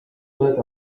firth